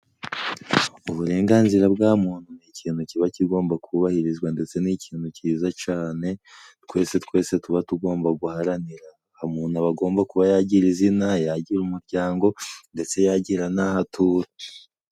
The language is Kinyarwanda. Uburenganzira bwa muntu ni ikintu kiba kigomba kubahirizwa, ndetse ni ikintu cyiza cane twese twese tuba tugomba guharanira, umuntu agomba kuba yagira izina, yagira umuryango, ndetse yagira n'aho atuwe.